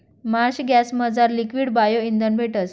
Marsh गॅसमझार liquid bio इंधन भेटस